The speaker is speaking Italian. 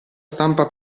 stampa